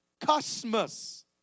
cosmos